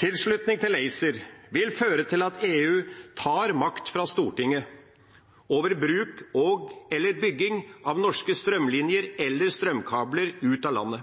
Tilslutning til ACER vil føre til at EU tar makt fra Stortinget over bruk og/eller bygging av norske strømlinjer eller strømkabler ut av landet.